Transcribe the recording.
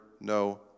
no